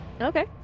okay